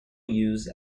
used